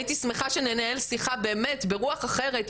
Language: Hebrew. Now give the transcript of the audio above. הייתי שמחה שננהל שיחה באמת ברוח אחרת,